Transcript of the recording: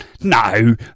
No